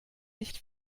nicht